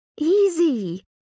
Easy